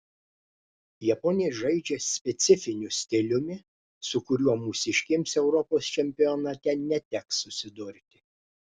japonės žaidžia specifiniu stiliumi su kuriuo mūsiškėms europos čempionate neteks susidurti